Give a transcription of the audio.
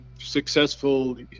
successful